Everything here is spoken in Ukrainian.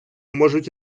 можуть